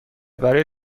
برای